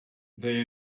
they